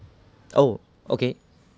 oh okay